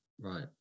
right